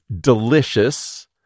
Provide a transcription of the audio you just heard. Delicious